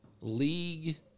league